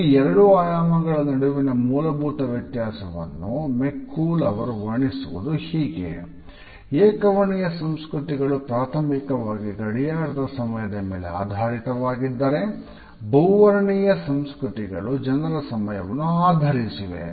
ಈ 2 ಆಯಾಮಗಳ ನಡುವಿನ ಮೂಲಭೂತ ವ್ಯತ್ಯಾಸವನ್ನು ಮೆಕೂಲ್ ಅವರು ವರ್ಣಿಸುವುದು ಹೀಗೆ ಏಕವರ್ಣೀಯ ಸಂಸ್ಕೃತಿಗಳು ಪ್ರಾಥಮಿಕವಾಗಿ ಗಡಿಯಾರದ ಸಮಯದ ಮೇಲೆ ಆಧಾರಿತವಾಗಿದ್ದರೆ ಬಹುವರ್ಣೀಯ ಸಂಸ್ಕೃತಿಗಳು ಜನರ ಸಮಯವನ್ನು ಆಧರಿಸಿವೆ